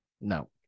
No